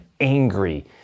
angry